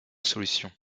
solution